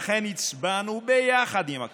לכן הצבענו ביחד עם הקואליציה.